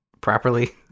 properly